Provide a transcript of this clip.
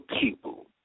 people